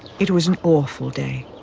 it was an awful day.